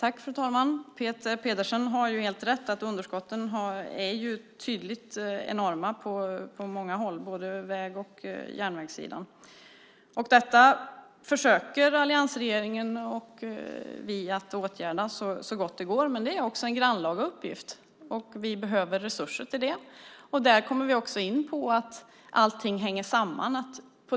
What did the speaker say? Fru talman! Peter Pedersen har helt rätt att underskotten är enorma på många håll, både på väg och järnvägssidan. Detta försöker alliansregeringen och vi att åtgärda så gott det går, men det är en grannlaga uppgift. Vi behöver resurser till det. Där kommer vi också in på att allting hänger samman.